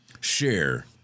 share